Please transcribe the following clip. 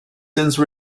since